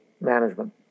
management